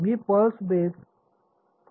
मी pulse base functions वापरू शकतो